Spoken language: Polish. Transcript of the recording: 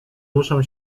ruszę